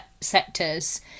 sectors